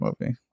movie